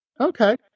Okay